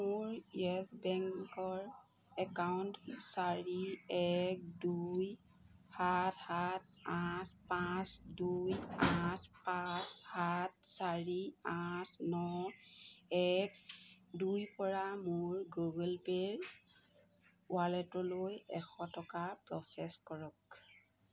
মোৰ য়েছ বেংকৰ একাউণ্ট চাৰি এক দুই সাত সাত আঠ পাঁচ দুই আঠ পাঁচ সাত চাৰি আঠ ন এক দুইৰপৰা মোৰ গুগল পে'ৰ ৱালেটলৈ এশ টকা প্ৰ'চেছ কৰক